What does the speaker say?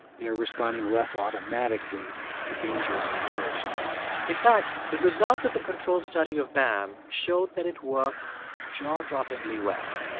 they're responding less automatically to dangerous situations in fact, the results of the control study of bam showed that it worked jaw-droppingly well.